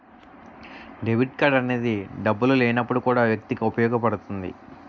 debit card అనేది డబ్బులు లేనప్పుడు కూడా వ్యక్తికి ఉపయోగపడుతుంది